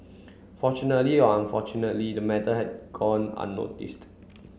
fortunately or unfortunately the matter had gone unnoticed